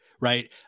right